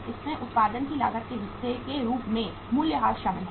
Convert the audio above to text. इसमें उत्पादन की लागत के हिस्से के रूप में मूल्यह्रास शामिल है